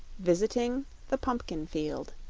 visiting the pumpkin-field